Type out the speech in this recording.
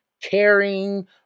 caring